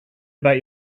about